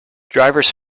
divers